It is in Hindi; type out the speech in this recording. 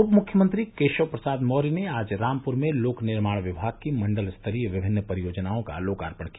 उप मुख्यमंत्री केशव प्रसाद मौर्य ने आज रामपुर में लोक निर्माण विमाग की मंडल स्तरीय विभिन्न परियोजनाओं का लोकार्पण किया